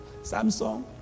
Samsung